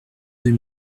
deux